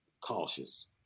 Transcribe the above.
cautious